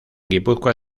guipúzcoa